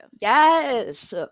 Yes